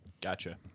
Gotcha